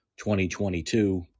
2022